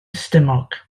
stumog